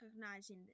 recognizing